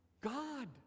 God